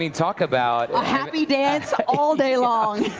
talk about a happy dance all day long!